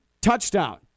Touchdown